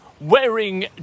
wearing